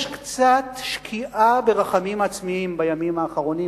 יש קצת שקיעה ברחמים עצמיים בימים האחרונים,